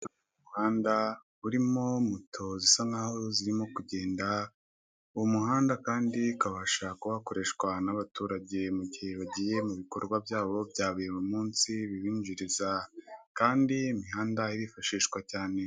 Umuhanda urimo moto zisa nkaho zirimo kugenda, uwo muhanda kandi ukabasha kuba wakoreshwa n'abaturage mu gihe bagiye mu bikorwa byabo bya buri munsi bibinjiriza, kandi imihanda irifashishwa cyane.